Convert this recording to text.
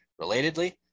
relatedly